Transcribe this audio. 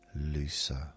looser